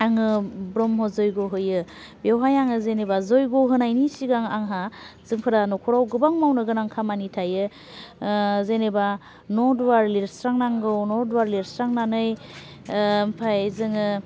आङो ब्रह्म जयग' होयो बेवहाय आङो जेनेबा जयग' होनायनि सिगां आंहा जोंफोरा न'खराव गोबां मावनो गोनां खामानि थायो जेनेबा न' दुवार लिरस्रां नांगौ न' दुवार लिरस्रांनानै ओमफ्राय जोङो